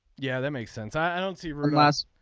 yeah that makes sense i don't see glass.